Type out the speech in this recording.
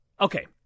Okay